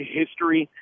history